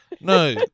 No